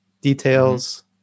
details